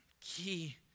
key